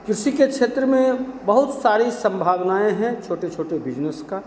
कृषि के क्षेत्र में बहुत सारी संभावनाएँ हैं छोटे छोटे बिजनेस का